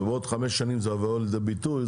ובעוד חמש שנים זה לא יבוא לידי ביטוי,